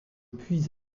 puis